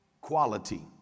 quality